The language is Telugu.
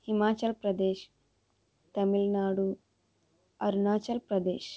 హిమాచల్ ప్రదేశ్ తమిళనాడు అరుణాచల్ ప్రదేశ్